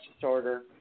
disorder